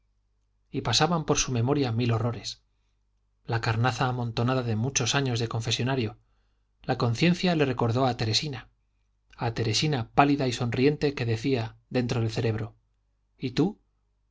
y pasaban por su memoria mil horrores la carnaza amontonada de muchos años de confesonario la conciencia le recordó a teresina a teresina pálida y sonriente que decía dentro del cerebro y tú